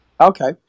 Okay